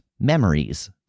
memories